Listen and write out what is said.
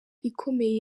ikomeye